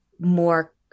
More